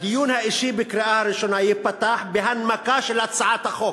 "הדיון האישי בקריאה ראשונה ייפתח בהנמקה של הצעת החוק".